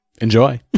Enjoy